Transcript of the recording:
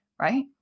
right